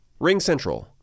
RingCentral